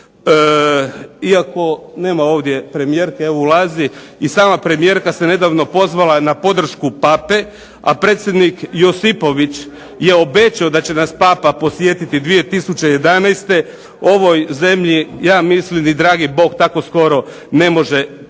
iako nema ovdje premijerke, evo ulazi, i sama premijerka se nedavno pozvala na podršku Pape, a predsjednik Josipović je obećao da će nas Papa posjetiti 2011., ovoj zemlji ja mislim ni dragi Bog tako skoro ne može pomoći.